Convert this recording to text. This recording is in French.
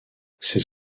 ses